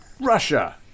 Russia